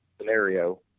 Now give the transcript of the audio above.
scenario